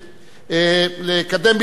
לקדם בברכה.